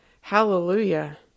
Hallelujah